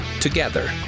together